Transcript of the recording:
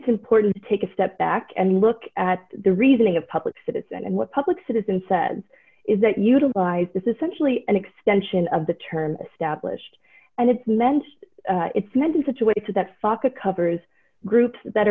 it's important to take a step back and look at the reasoning of public citizen and what public citizen said is that utilize this essentially an extension of the term established and it's meant it's not a situation that foka covers groups that